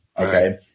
Okay